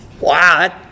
Wow